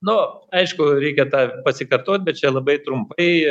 nu aišku reikia tą pasikartot bet čia labai trumpai